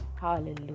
hallelujah